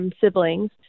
siblings